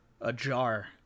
ajar